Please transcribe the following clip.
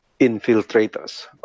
infiltrators